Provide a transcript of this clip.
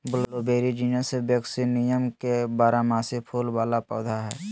blueberry genus Vaccinium के बारहमासी फूल वला पौधा हइ